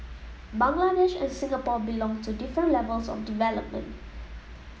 Bangladesh and Singapore belong to different levels of development